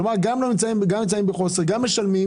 כלומר, גם לא נמצאים וגם נמצאים בחוסר וגם משלמים.